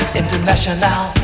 international